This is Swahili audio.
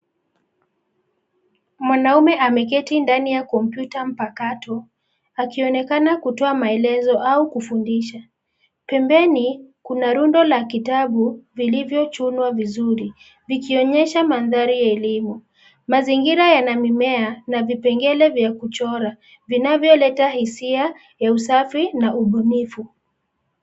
Mwanaume ameketi ndani ya kompyuta mpakato, akionekana kutoa maelezo au kufundisha, pembeni, kuna rundo la kitabu, vilivyochunwa vizuri, vikionyesha mandhari ya elimu, mazingira yana mimea na vipengele vya kuchora, vinavyoleta hisia, ya usafi na ubunifu.